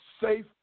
safe